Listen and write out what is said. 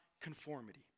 conformity